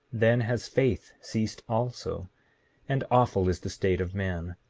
then has faith ceased also and awful is the state of man,